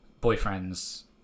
boyfriend's